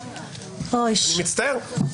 מצטער.